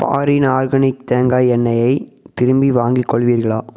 foreign organic தேங்காய் எண்ணெய்யை திருப்பி வாங்கிக் கொள்வீர்களா